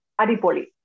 adipoli